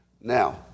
Now